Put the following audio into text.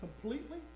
completely